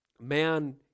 man